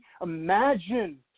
imagine